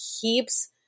keeps